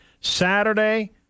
Saturday